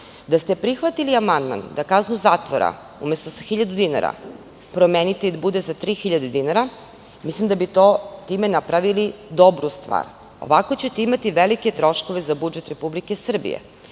Da ste prihvatili amandman da kaznu zatvora umesto sa hiljadu dinara promenite i da bude 3 hiljade dinara, mislim da bi time napravili dobru stvar. Ovako ćete imati velike troškove za budžet RS.